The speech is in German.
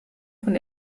von